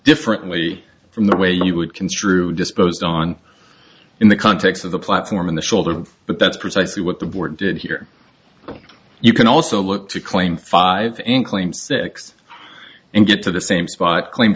differently from the way you would construe disposed on in the context of the platform in the shoulder but that's precisely what the board did here you can also look to claim five and claim six and get to the same spot claim